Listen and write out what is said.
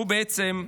שהוא בעצם,